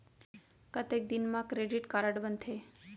कतेक दिन मा क्रेडिट कारड बनते?